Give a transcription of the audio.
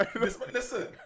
Listen